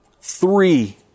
Three